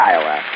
Iowa